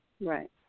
Right